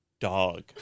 dog